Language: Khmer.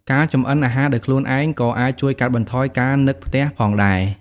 ការចម្អិនអាហារដោយខ្លួនឯងក៏អាចជួយកាត់បន្ថយការនឹកផ្ទះផងដែរ។